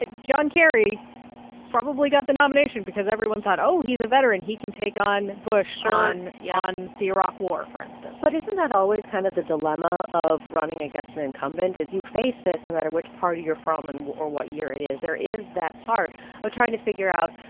john kerry probably got the nomination because everyone thought, oh, he's a veteran. he can take on bush ah on yeah on the iraq war, for instance but isn't that always kind of the dilemma of running against an incumbent? is you face this no matter which party you're from and or what year it is, there is that part of trying to figure out,